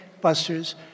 busters